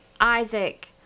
Isaac